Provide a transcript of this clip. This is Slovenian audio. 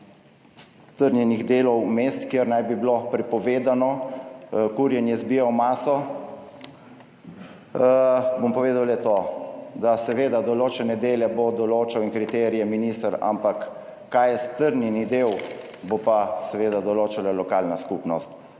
strnjenih delov mest, kjer naj bi bilo prepovedano kurjenje z biomaso, bom povedal le to, da seveda določene dele bo določal in kriterije minister, ampak kaj je strnjeni del, bo pa seveda določala lokalna skupnost.